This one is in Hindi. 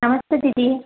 नमस्ते दीदी